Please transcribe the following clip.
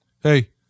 hey